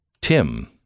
Tim